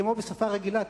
כמו בשפה רגילה,